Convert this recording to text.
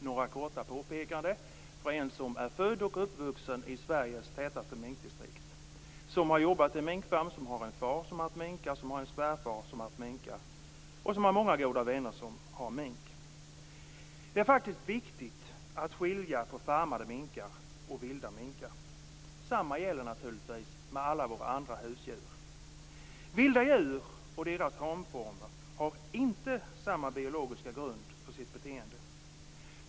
Några korta påpekanden från en som är född och uppvuxen i Sveriges tätaste minkdistrikt, som har jobbat på en minkfarm, som har en far och en svärfar som haft minkar och som har många goda vänner som har mink. Det är viktigt att skilja på farmade minkar och vilda minkar. Detsamma gäller naturligtvis alla våra andra husdjur. Vilda djur och deras tamformer har inte samma biologiska grund för sitt beteende.